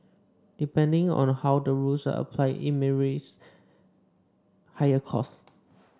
depending on how the rules are applied it may race higher cost